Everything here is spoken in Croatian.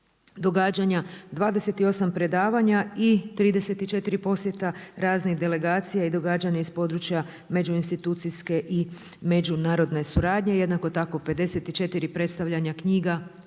događanja, 28 predavanja i 34 posjeta raznih delegacija i događanja iz područja među institucijske i međunarodne suradnje. Jednako tako 54 predstavljanja knjiga,